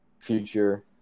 Future